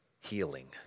healing